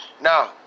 Now